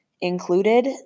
included